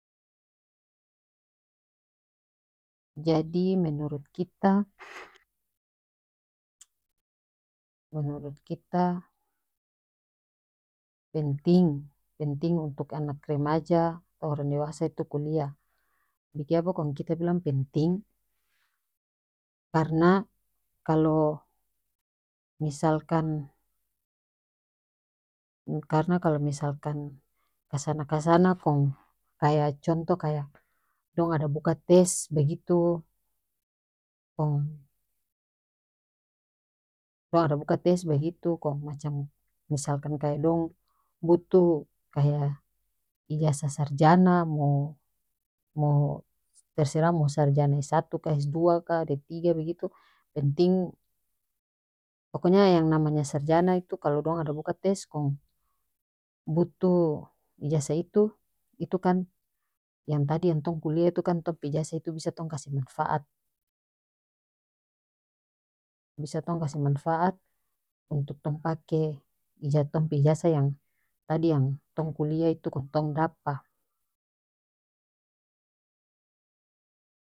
Jadi menurut kita menurut kita penting penting untuk anak remaja orang dewasa itu kuliah bikiapa kong kita bilang penting karena kalo misalkan karena kalo misalkan kasana kasana kong kaya contoh kaya dong ada buka tes begitu kong dong ada buka tes bagitu kong macam misalkan kaya dong butuh kaya ijasah sarjana mo mo terserah mo sarjana s satu ka s dua ka d tiga begitu penting pokonya yang namanya sarjana itu kalu dong ada buka tes kong butuh ijasah itu itu kan yang tadi yang tong kuliah itu kan tong pe ijasah itu bisa tong kase manfaat bisa tong kase manfaat untuk tong pake tong pe ijasah yang tadi yang tong kuliah itu kong tong dapa.